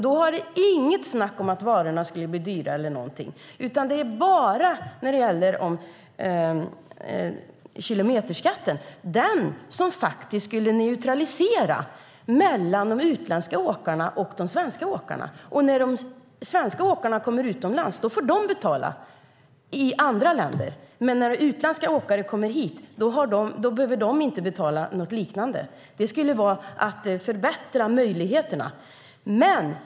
Då var det inget snack om att varorna skulle bli dyra, utan det är bara när det gäller kilometerskatten, som faktiskt skulle neutralisera mellan de utländska åkarna och de svenska åkarna. När de svenska åkarna kommer utomlands får de betala, men när utländska åkare kommer hit behöver de inte betala något liknande. Det skulle vara att förbättra möjligheterna!